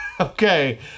Okay